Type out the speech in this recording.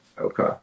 okay